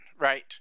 right